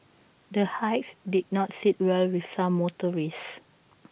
the hikes did not sit well with some motorists